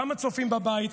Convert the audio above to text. גם הצופים בבית,